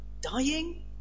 dying